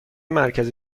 مرکز